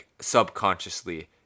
subconsciously